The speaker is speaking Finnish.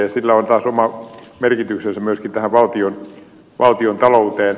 sillä on taas oma merkityksensä myöskin tähän valtiontalouteen